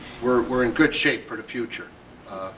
we're in good shape for the future.